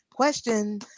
Question